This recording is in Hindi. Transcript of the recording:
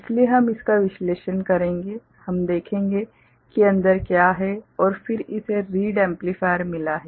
इसलिए हम इसका विश्लेषण करेंगे हम देखेंगे कि अंदर क्या है और फिर हमें रीड एम्पलीफायर मिला है